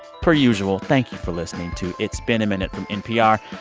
per usual, thank you for listening to it's been a minute from npr.